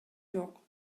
жок